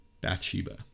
Bathsheba